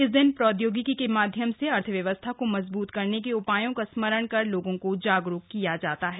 इस दिन प्रौद्योगिकी के माध्यम से अर्थव्यवस्था को मजबूत करने के उपायों का स्मरण कर लोगों को जागरूक किया जाता है